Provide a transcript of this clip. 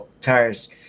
tires –